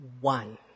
one